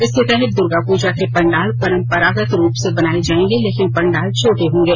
इसके तहत दुर्गा पूजा के पंडाल परंपरागत रूप से बनाए जाएगे लेकिन पंडाल छोटे होंगे